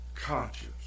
Conscious